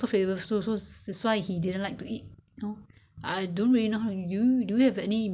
and you know not flavourful I don't know what to add in beside soya sauce we only put soya sauce right